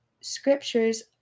scriptures